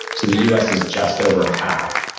so the u s. is just over half.